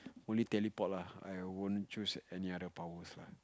only teleport lah I won't choose any other powers lah